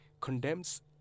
condemns